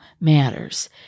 matters